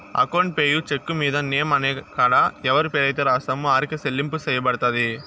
account payee cheque మీద name అనే కాడ ఎవరి పేరైతే రాస్తామో ఆరికే సెల్లింపు సెయ్యబడతది